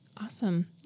Awesome